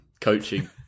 coaching